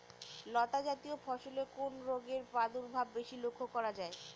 লতাজাতীয় ফসলে কোন রোগের প্রাদুর্ভাব বেশি লক্ষ্য করা যায়?